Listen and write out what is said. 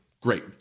great